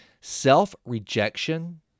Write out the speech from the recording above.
Self-rejection